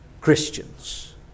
Christians